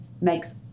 makes